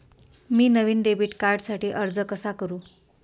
मी नवीन डेबिट कार्डसाठी अर्ज कसा करु?